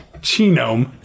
Genome